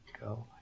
go